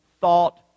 thought